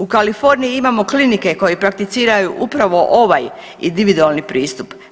U Kaliforniji imamo klinike koje prakticiraju upravo ovaj individualni pristup.